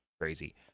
crazy